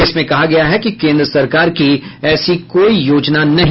इसमें कहा गया है कि केन्द्र सरकार की ऐसी कोई योजना नहीं है